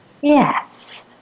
Yes